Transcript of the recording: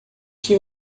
que